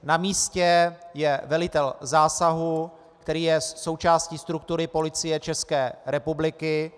Na místě je velitel zásahu, který je součástí struktury Policie České republiky.